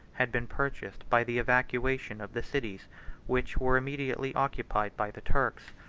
had been purchased by the evacuation of the cities which were immediately occupied by the turks.